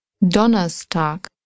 Donnerstag